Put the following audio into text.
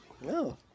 no